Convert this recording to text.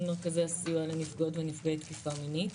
מרכזי הסיוע לנפגעות ונפגעי תקיפה מינית.